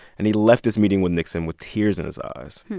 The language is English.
and he left this meeting with nixon with tears in his eyes.